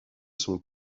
son